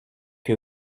que